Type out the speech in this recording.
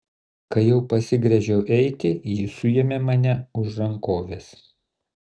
kai jau pasigręžiau eiti ji suėmė mane už rankovės